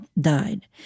died